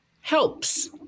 helps